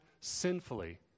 sinfully